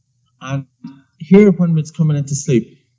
and here when one's coming into sleep.